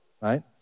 right